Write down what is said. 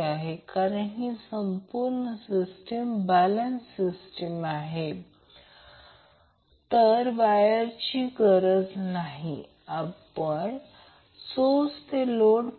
आहे हा Vcn आहे म्हणून हे 120° वेगळे आहे म्हणून हे Vbn आहे तर जर त्याचप्रमाणे 180° दुसरी बाजू बनवली तर हे Vnb आहे